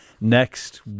next